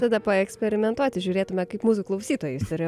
tada paeksperimentuoti žiūrėtume kaip mūsų klausytojais surea